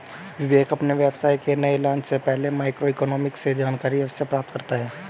विवेक अपने व्यवसाय के नए लॉन्च से पहले माइक्रो इकोनॉमिक्स से जानकारी अवश्य प्राप्त करता है